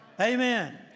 Amen